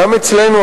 גם אצלנו,